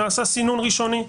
נעשה סינון ראשוני.